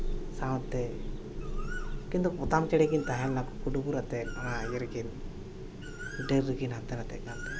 ᱥᱟᱶᱛᱮ ᱩᱱᱠᱤᱱ ᱫᱚ ᱯᱚᱛᱟᱢ ᱪᱮᱬᱮ ᱠᱤᱱ ᱛᱟᱦᱮᱸ ᱞᱮᱱᱟ ᱠᱩᱠᱩᱼᱰᱩᱵᱩᱨ ᱟᱛᱮᱫ ᱚᱱᱟ ᱤᱭᱟᱹ ᱨᱮᱠᱤᱱ ᱰᱟᱹᱨ ᱨᱮᱠᱤᱱ ᱦᱟᱱᱛᱮ ᱱᱟᱛᱮᱜ ᱠᱟᱱ ᱛᱟᱦᱮᱸᱫ